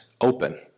open